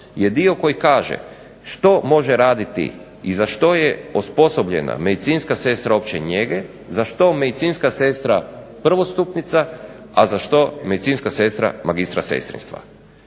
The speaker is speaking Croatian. je dio koji kaže što može raditi i za što je osposobljena medicinska sestra opće njege, za što medicinska sestra prvostupnica, a za što medicinska sestra magistra sestrinstva.